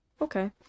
okay